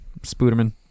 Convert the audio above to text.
Spooderman